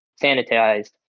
sanitized